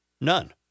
None